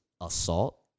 assault